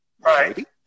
Right